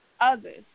others